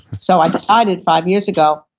so i decided five years ago,